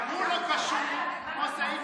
גם הוא לא קשור, כמו סעיף